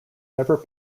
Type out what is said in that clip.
never